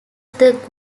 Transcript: that